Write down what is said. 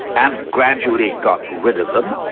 and gradually got rid of them.